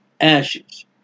ashes